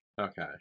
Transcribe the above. Okay